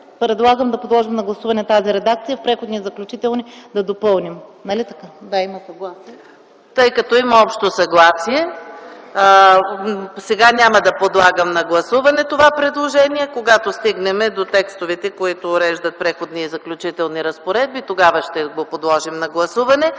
Предлагам да подложим на гласуване тази редакция и да я допълним в Преходни и заключителни разпоредби. ПРЕДСЕДАТЕЛ ЕКАТЕРИНА МИХАЙЛОВА: Тъй като има общо съгласие, сега няма да подлагам на гласуване това предложение, когато стигнем до текстовете, които уреждат Преходни и заключителни разпоредби, тогава ще го подложим на гласуване.